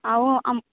ଆଉ ଆମ